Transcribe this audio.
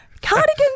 Cardigans